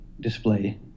display